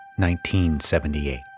1978